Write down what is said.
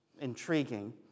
intriguing